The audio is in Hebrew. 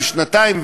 בן שנתיים,